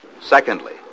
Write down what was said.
Secondly